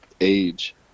age